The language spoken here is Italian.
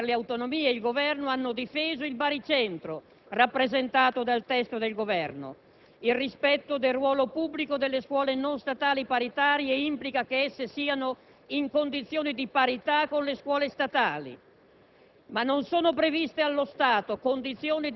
Italiani). Ebbene, l'Ulivo, il Gruppo Per le Autonomie e il Governo hanno difeso il baricentro rappresentato dal testo governativo. Il rispetto del ruolo pubblico delle scuole non statali paritarie implica che esse siano in condizione di parità con le scuole statali